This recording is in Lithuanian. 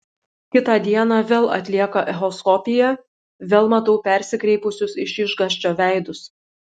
kitą dieną vėl atlieka echoskopiją vėl matau persikreipusius iš išgąsčio veidus